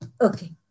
okay